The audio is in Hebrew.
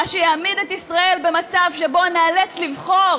מה שיעמיד את ישראל במצב שבו ניאלץ לבחור